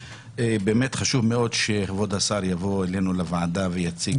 באמת חשוב מאוד שכבוד השר יבוא אלינו לוועדה ויציג